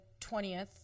20th